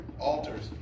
altars